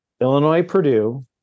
Illinois-Purdue